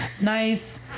nice